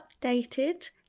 updated